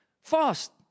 fast